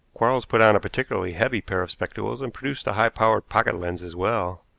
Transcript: quarles put on a particularly heavy pair of spectacles and produced a high-power pocket lens as well.